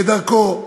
כדרכו,